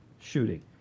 shooting